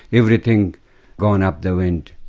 everything gone up the wind.